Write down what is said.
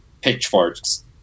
pitchforks